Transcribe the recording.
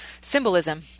Symbolism